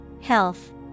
Health